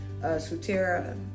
Sutera